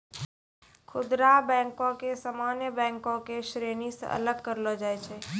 खुदरा बैको के सामान्य बैंको के श्रेणी से अलग करलो जाय छै